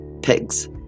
pigs